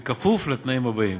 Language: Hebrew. בכפוף לתנאים הבאים: